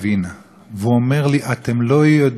והוא אומר לי: אתם לא יודעים איך אתם